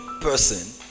person